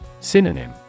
Synonym